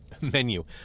menu